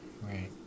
Right